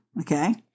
Okay